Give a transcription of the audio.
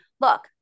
look